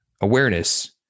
awareness